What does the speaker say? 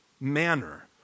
manner